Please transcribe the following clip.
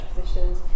positions